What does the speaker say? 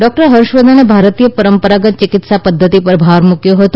doctor Harsh વર્ધને ભારતીય પરંપરાગત ચિકિત્સા પદ્ધતિ પર ભાર મૂક્યો હતો